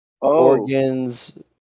organs